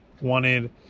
wanted